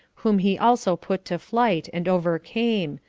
whom he also put to flight, and overcame,